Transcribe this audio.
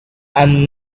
and